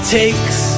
takes